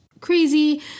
crazy